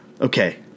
okay